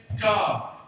God